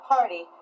Party